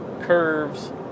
curves